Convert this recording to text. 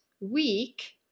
week